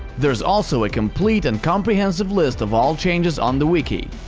there's also a complete and comprehensive list of all changes on the wiki.